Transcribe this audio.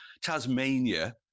tasmania